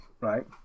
right